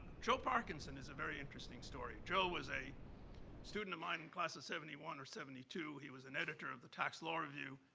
joe parkinson is a very interesting story. joe was a student of mine in class of seventy one or seventy two. he was an editor of the tax law review,